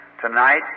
tonight